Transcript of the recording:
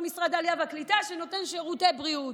משרד העלייה והקליטה שנותן שירותי בריאות.